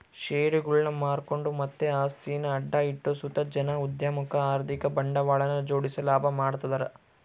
ಷೇರುಗುಳ್ನ ಮಾರ್ಕೆಂಡು ಮತ್ತೆ ಆಸ್ತಿನ ಅಡ ಇಟ್ಟು ಸುತ ಜನ ಉದ್ಯಮುಕ್ಕ ಆರ್ಥಿಕ ಬಂಡವಾಳನ ಜೋಡಿಸಿ ಲಾಭ ಮಾಡ್ತದರ